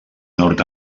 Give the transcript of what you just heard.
nord